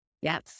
Yes